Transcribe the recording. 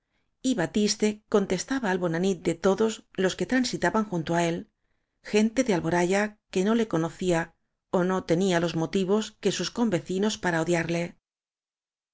y batiste contestaba al bóua nit de todos los que transitaban junto á él gente de alboraya que no le conocía ó no tenía los motivos que sus convecinos para odiarle